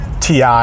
TI